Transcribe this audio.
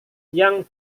yang